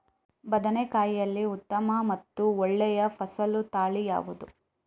ಬದನೆಕಾಯಿಯಲ್ಲಿ ಉತ್ತಮ ಮತ್ತು ಒಳ್ಳೆಯ ಫಸಲು ತಳಿ ಯಾವ್ದು?